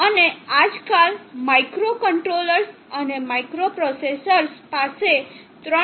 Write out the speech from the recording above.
અને આજકાલ માઇક્રોકન્ટ્રોલર્સ અને માઇક્રોપ્રોસેસર્સ પાસે 3